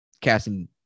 casting